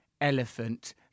elephant